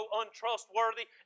untrustworthy